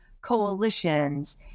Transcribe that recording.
coalitions